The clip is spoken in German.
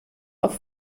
auf